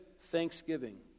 thanksgiving